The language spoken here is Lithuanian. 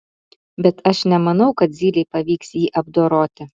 bet aš nemanau kad zylei pavyks jį apdoroti